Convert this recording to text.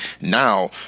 Now